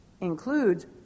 includes